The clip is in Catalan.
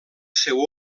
seu